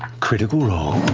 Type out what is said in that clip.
critical role.